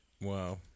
wow